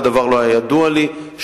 הדבר לא ידוע לי,